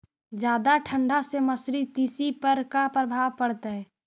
जादा ठंडा से मसुरी, तिसी पर का परभाव पड़तै?